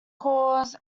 cause